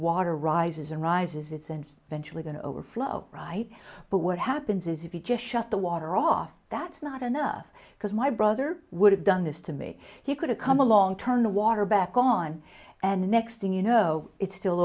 water rises and rises it's and eventually going to overflow right but what happens is if you just shut the water off that's not enough because my brother would have done this to me he could have come along turn the water back on and next thing you know it's still